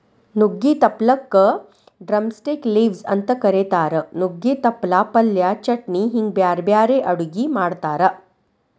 ನುಗ್ಗಿ ತಪ್ಪಲಕ drumstick leaves ಅಂತ ಕರೇತಾರ, ನುಗ್ಗೆ ತಪ್ಪಲ ಪಲ್ಯ, ಚಟ್ನಿ ಹಿಂಗ್ ಬ್ಯಾರ್ಬ್ಯಾರೇ ಅಡುಗಿ ಮಾಡ್ತಾರ